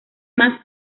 más